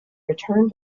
returned